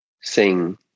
sing